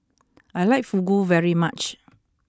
I like Fugu very much